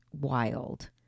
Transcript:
wild